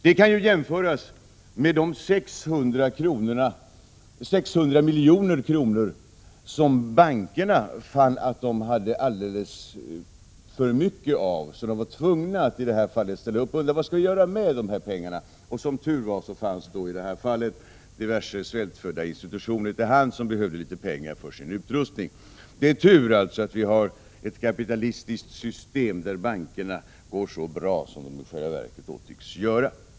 Denna summa kan jämföras med de 600 milj.kr. som bankerna, då de fann att de hade alldeles för mycket pengar, undrade vad de skulle göra med. De kände sig tvungna att ställa upp, och som tur var fanns det diverse svältfödda institutioner till hands som behövde litet pengar till sin utrustning. Det är alltså tur att vi har ett kapitalistiskt system där bankerna går så bra som de i själva verket tycks göra.